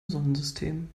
sonnensystem